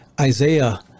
Isaiah